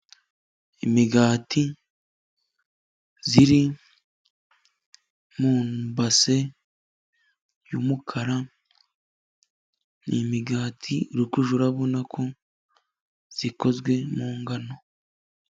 Imigati iri mu mbase y'umukara, ni imigati uri kujya urabona ko ikozwe mu ngano.